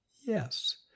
Yes